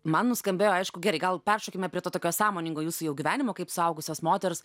man nuskambėjo aišku gerai gal peršokime prie to tokio sąmoningo jūsų jau gyvenimo kaip suaugusios moters